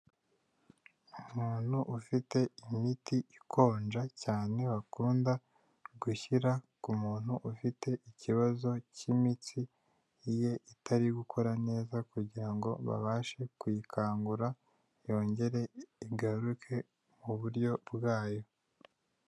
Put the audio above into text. Umuntu ufite imiti ikonja cyane bakunda gushyira ku muntu ufite ikibazo cy'imitsi ye itari gukora neza kugira ngo babashe kuyikangura yongere igaruke mu buryo bwayo.